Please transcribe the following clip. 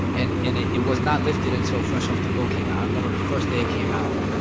and and it it was not lifted until fresh off the boat came out. i remember the first day it came out.